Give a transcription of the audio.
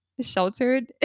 sheltered